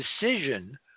decision